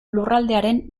lurraldearen